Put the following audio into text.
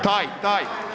Taj, taj.